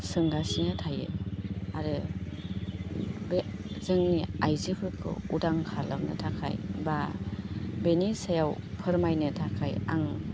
सोंगासिनो थायो आरो बे जोंनि आइजोफोरखौ उदां खालामनो थाखाय बा बेनि सायाव फोरमायनो थाखायो आं